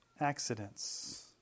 accidents